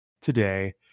Today